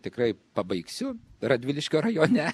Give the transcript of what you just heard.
tikrai pabaigsiu radviliškio rajone